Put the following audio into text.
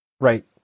Right